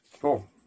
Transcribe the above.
Cool